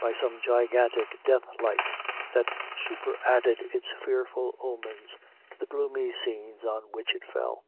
by some gigantic death-light that superadded its fearful omens to the gloomy scenes on which it fell.